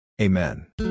Amen